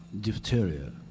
diphtheria